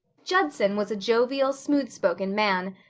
judson was a jovial, smooth-spoken man,